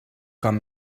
com